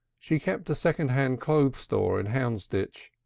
she kept a second-hand clothes store in houndsditch,